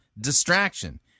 distraction